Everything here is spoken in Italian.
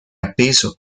appeso